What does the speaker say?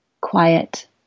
quiet